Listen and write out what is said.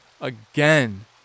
again